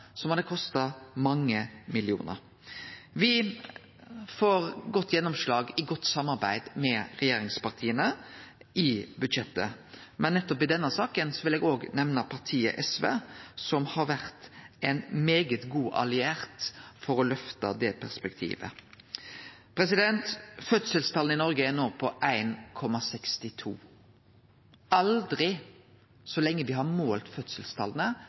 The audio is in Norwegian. som hadde kosta mange millionar. Me får godt gjennomslag i godt samarbeid med regjeringspartia i budsjettet. Men i denne saka vil eg òg nemne partiet SV, som har vore ein svært god alliert for å løfte det perspektivet. Fødselstala i Noreg er no 1,62. Aldri så lenge me har målt fødselstala,